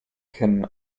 can